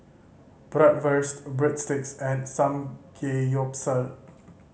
Bratwurst Breadsticks and Samgeyopsal